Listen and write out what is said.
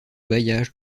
bailliage